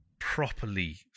Properly